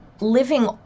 living